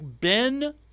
Ben